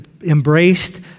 embraced